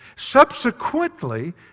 subsequently